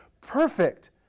Perfect